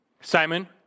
Simon